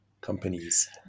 companies